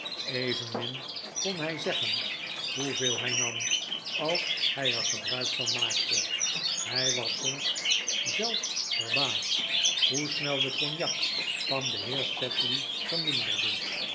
evenmin kon hij zeggen hoeveel hij nam als hij er gebruik van maakte hij was soms zelf verbaasd hoe snel de cognac van den heer sedley veminderde